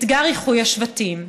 אתגר איחוי השבטים,